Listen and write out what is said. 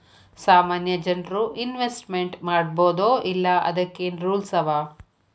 ಸಾಮಾನ್ಯ ಜನ್ರು ಇನ್ವೆಸ್ಟ್ಮೆಂಟ್ ಮಾಡ್ಬೊದೋ ಇಲ್ಲಾ ಅದಕ್ಕೇನ್ ರೂಲ್ಸವ?